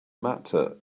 matter